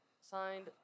signed